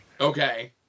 Okay